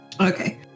Okay